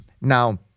now